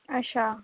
अच्छा